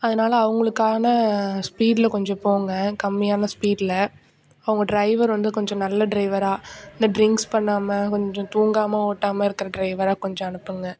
அதனால அவங்களுக்கான ஸ்பீடில் கொஞ்சம் போங்க கம்மியான ஸ்பீடில் அவங்க டிரைவர் வந்து கொஞ்சம் நல்ல டிரைவராக இந்த டிரிங்க்ஸ் பண்ணாமல் கொஞ்சம் தூங்காமல் ஓட்டாமல் இருக்கிற டிரைவராக கொஞ்சம் அனுப்புங்கள்